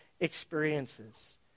experiences